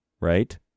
Right